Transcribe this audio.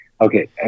Okay